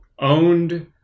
owned